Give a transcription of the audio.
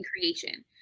creation